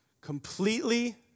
completely